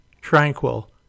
tranquil